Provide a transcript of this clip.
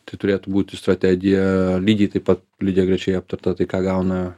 tai turėtų būti strategija lygiai taip pat lygiagrečiai aptarta tai ką gauna